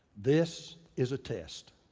this is a test.